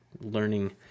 learning